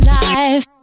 life